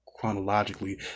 Chronologically